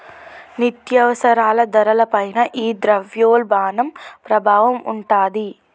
నిత్యావసరాల ధరల పైన ఈ ద్రవ్యోల్బణం ప్రభావం ఉంటాది